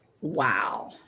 Wow